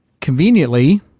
conveniently